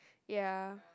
ya